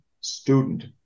student